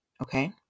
okay